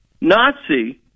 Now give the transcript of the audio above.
Nazi